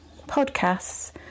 podcasts